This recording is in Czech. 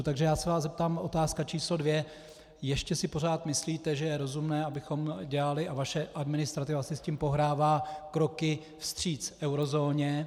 Takže já se vás zeptám, otázka číslo 2: Ještě si pořád myslíte, že je rozumné, abychom dělali, a vaše administrativa si s tím pohrává, kroky vstříc eurozóně?